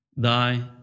die